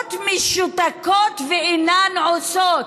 המערכות משותקות ואינן עושות.